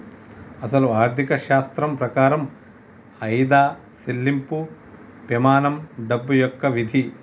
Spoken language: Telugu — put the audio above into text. అసలు ఆర్థిక శాస్త్రం ప్రకారం ఆయిదా సెళ్ళింపు పెమానం డబ్బు యొక్క విధి